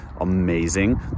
amazing